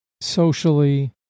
socially